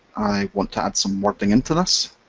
want to add some wording into this,